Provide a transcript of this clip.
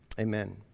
amen